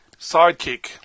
sidekick